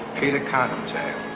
peter cottontail.